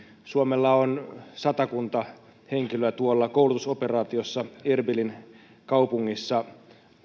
suomella on satakunta henkilöä koulutusoperaatiossa erbilin kaupungissa